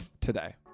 today